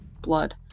blood